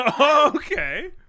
Okay